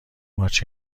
ماچ